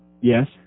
Yes